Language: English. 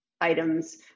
items